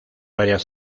varias